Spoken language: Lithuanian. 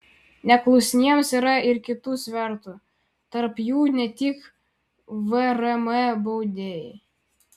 neklusniems yra ir kitų svertų tarp jų ne tik vrm baudėjai